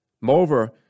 Moreover